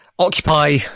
Occupy